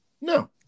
No